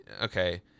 Okay